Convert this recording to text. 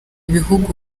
bihugu